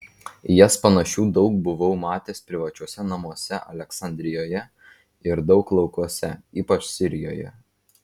į jas panašių daug buvau matęs privačiuose namuose aleksandrijoje ir daug laukuose ypač sirijoje